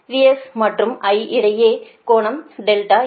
VS மற்றும் I இடையே கோணம் S